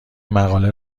مقاله